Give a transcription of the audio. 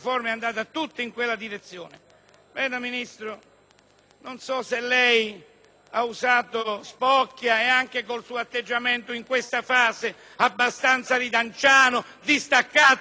ha usato spocchia e ha tenuto un atteggiamento in questa fase abbastanza ridanciano, distaccato e avulso dal dibattito in corso. Signor Presidente del Senato,